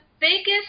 biggest